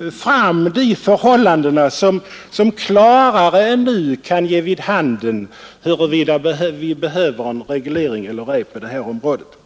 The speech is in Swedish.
får fram sådant som klarare än nu kan ge vid handen huruvida vi behöver reglering på detta område eller inte.